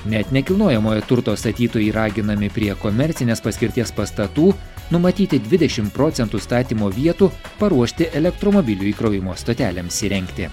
net nekilnojamojo turto statytojai raginami prie komercinės paskirties pastatų numatyti dvidešim procentų statymo vietų paruošti elektromobilių įkrovimo stotelėms įrengti